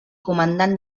comandant